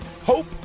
Hope